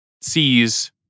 sees